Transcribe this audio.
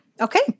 Okay